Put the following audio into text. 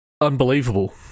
unbelievable